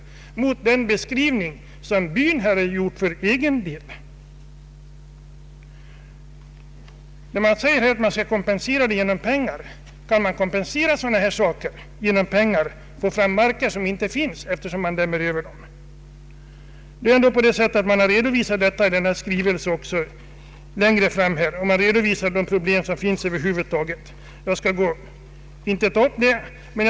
Utskottet säger att kompensation kan ske genom pengar. Men kan man kompensera genom pengar landområden som inte längre finns eftersom de kommer att dämmas över? Detta har redovisats i den skrivelse jag här anfört, och i denna skrivelse har tagits upp de problem som över huvud taget föreligger.